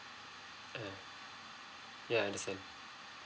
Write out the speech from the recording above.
err ya understand